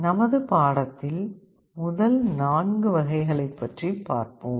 நமது பாடத்தில் முதல் 4 வகைகளை பற்றி பார்ப்போம்